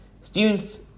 Students